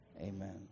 Amen